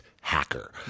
hacker